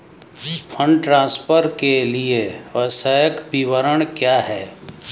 Fund transfer के लिए आवश्यक विवरण क्या हैं?